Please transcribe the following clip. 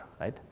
right